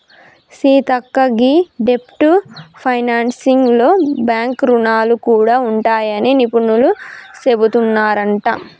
సీతక్క గీ డెబ్ట్ ఫైనాన్సింగ్ లో బాంక్ రుణాలు గూడా ఉంటాయని నిపుణులు సెబుతున్నారంట